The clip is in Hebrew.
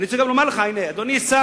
אני רוצה גם לומר לך, אדוני השר,